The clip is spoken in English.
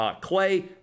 Clay